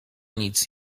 nic